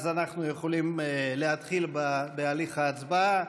אז אנחנו יכולים להתחיל בהליך ההצבעה.